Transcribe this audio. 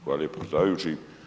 Hvala lijepo predsjedavajući.